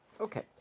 Okay